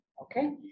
Okay